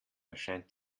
erscheint